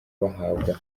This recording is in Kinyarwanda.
bahabwa